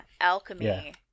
Alchemy